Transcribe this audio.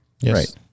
Yes